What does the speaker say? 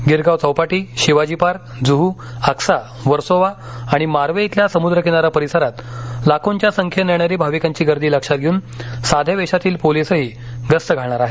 Girgaon Chowpatty Shivaji Park Juhu Aksa Versova आणिमार्वे खेल्या समुद्र किनारा परिसरात लाखोंच्या संख्येने येणारी भाविकांची गर्दीलक्षात घेऊन साध्या वेशातील पोलीसही गस्तघालणार आहेत